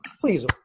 please